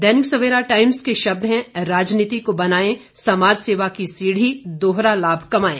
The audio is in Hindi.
दैनिक सवेरा टाइम्स के शब्द हैं राजनीति को बनाएं समाज सेवा की सीढ़ी दोहरा लाभ कमाएं